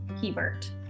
Hebert